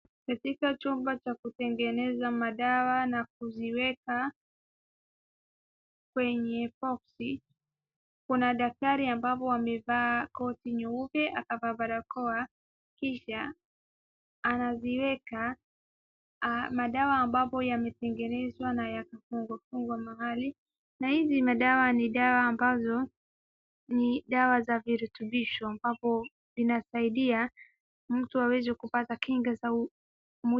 Katika chumba cha kutengeneza madawa na kuziweka kwenye box kuna daktari ambapo amevaa koti nyeupe, akavaa barakoa, kisha anaziweka madawa ambapo yametengenezwa na yakafungwa mahali, na hizi ni madawa ambazo ni dawa za virutubisho ambapo zinasaidia mtu aweze kupata kinga za mwili.